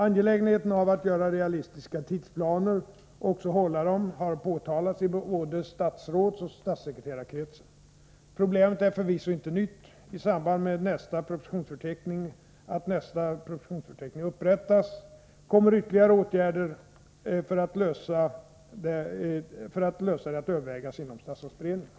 Angelägenheten av att göra realistiska tidsplaner och också hålla dem har påpekats både i statsrådsoch statssekreterarkretsen. Problemet är förvisso inte nytt. I samband med att nästa propositionsförteckning upprättas kommer ytterligare åtgärder för att lösa problemet att övervägas inom statsrådsberedningen.